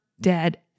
dead